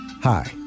Hi